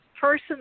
person